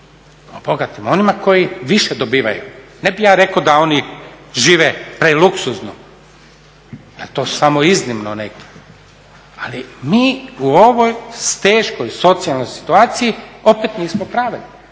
bogatima, onima koji više dobivaju. Ne bih ja rekao da oni žive preluksuzno, to su samo iznimno neki, ali mi u ovoj teškoj socijalnoj situaciji opet nismo pravedni.